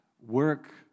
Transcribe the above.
work